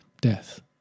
death